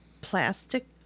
plastic